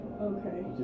Okay